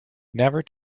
never